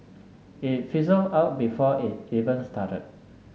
it fizzle out before it even started